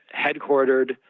headquartered